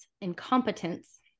incompetence